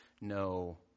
no